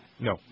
No